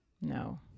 No